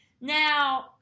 now